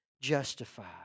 justified